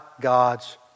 God's